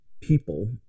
people